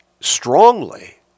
strongly